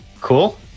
Cool